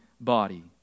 body